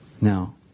Now